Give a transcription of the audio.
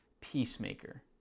peacemaker